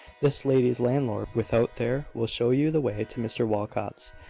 this lady's landlord, without there, will show you the way to mr walcot's.